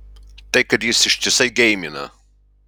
tai kad jis ištisai geimina